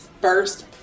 first